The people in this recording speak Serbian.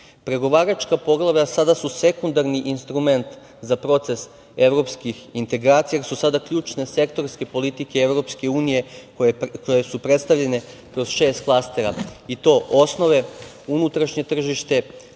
EU.Pregovaračka poglavlja sada su sekundarni instrument za proces evropskih integracija, jer su sada ključne sektorske politike EU koje su predstavljene kroz šest klastera, i to: osnove, unutrašnje tržište,